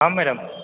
हँ मैडम